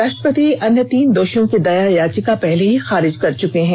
राष्ट्रपति ेअन्य तीन दोषियों की दया याचिका पहले ही खारिज कर चुके हैं